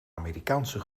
amerikaanse